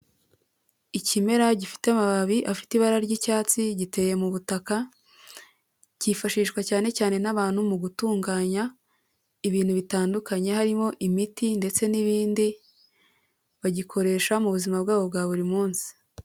Ikimera gifite amababi afite ibara ry'icyatsi giteye mu butaka, cyifashishwa cyane cyane n'abantu mu gutunganya ibintu bitandukanye harimo imiti ndetse n'ibindi, bagikoresha mu buzima bwabo bwa buri munsi.